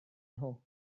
nhw